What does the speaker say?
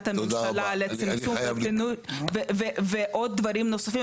הממשלה לצמצום ופינוי ועוד דברים נוספים,